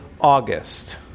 August